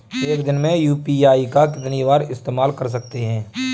एक दिन में यू.पी.आई का कितनी बार इस्तेमाल कर सकते हैं?